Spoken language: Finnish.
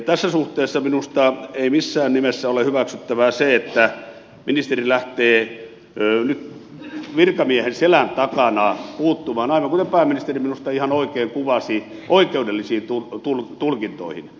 tässä suhteessa minusta ei missään nimessä ole hyväksyttävää se että ministeri lähtee nyt virkamiehen selän takana puuttumaan aivan kuten pääministeri minusta ihan oikein kuvasi oikeudellisiin tulkintoihin